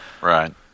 Right